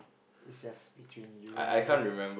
it just between you and me